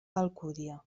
alcúdia